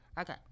Okay